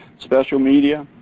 special media,